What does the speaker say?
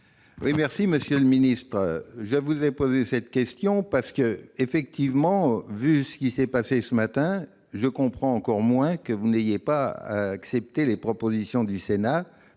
réplique. Monsieur le ministre, je vous ai posé cette question, car, vu ce qui s'est passé ce matin, je comprends encore moins que vous n'ayez pas accepté les propositions du Sénat